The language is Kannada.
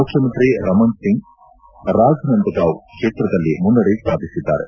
ಮುಖ್ಲಮಂತ್ರಿ ರಮಣ್ ಸಿಂಗ್ ರಾಜನಂದಗಾವ್ ಕ್ಷೇತ್ರದಲ್ಲಿ ಮುನ್ನಡೆ ಸಾಧಿಸಿದ್ದಾರೆ